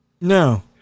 No